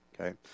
okay